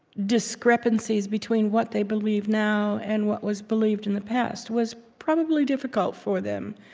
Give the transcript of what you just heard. discrepancies between what they believe now and what was believed in the past was, probably, difficult for them.